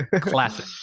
classic